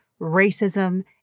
racism